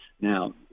Now